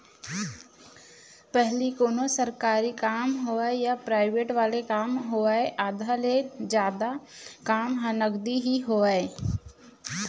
पहिली कोनों सरकारी काम होवय या पराइवेंट वाले काम होवय आधा ले जादा काम ह नगदी ही होवय